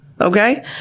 Okay